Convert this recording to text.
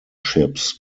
ships